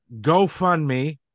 GoFundMe